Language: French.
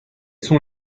sont